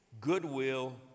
goodwill